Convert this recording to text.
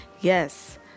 Yes